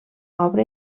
obra